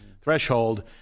threshold